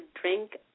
drink